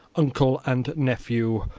uncle and nephew,